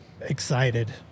excited